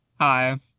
Hi